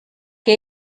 que